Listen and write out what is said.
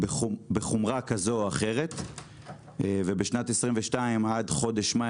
בחומרה כזו או אחרת ובשנת 2022 עד חודש מאי